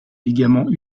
ligaments